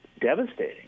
devastating